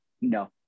No